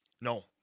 no